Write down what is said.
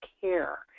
care